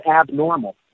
abnormal